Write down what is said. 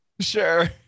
Sure